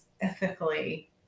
ethically